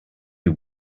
you